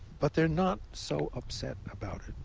but they're not so upset about it.